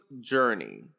journey